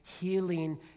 healing